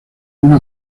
una